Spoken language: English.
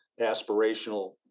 aspirational